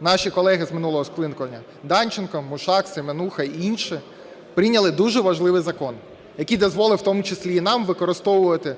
Наші колеги з минулого скликання Данченко, Мушак, Семенуха і інші прийняли дуже важливий закон, який дозволив в тому числі і нам використовувати